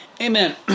Amen